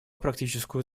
практическую